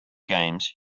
games